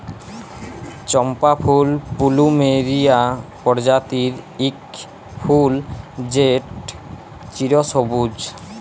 চম্পা ফুল পলুমেরিয়া প্রজাতির ইক ফুল যেট চিরসবুজ